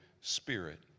Spirit